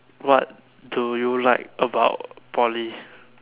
what do you like about Poly